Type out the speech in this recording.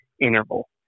interval